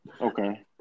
Okay